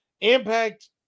impact